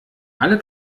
alle